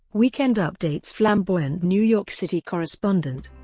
weekend update's flamboyant new york city correspondent,